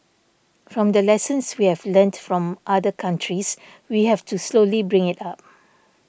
from the lessons we have learnt from other countries we have to slowly bring it up